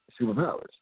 superpowers